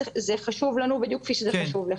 זה חשוב לנו בדיוק כפי שזה חשוב לך.